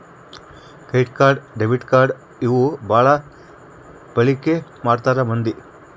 credit card debit card ಇವು ಬಾಳ ಬಳಿಕಿ ಮಾಡ್ತಾರ ಮಂದಿ